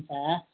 हुन्छ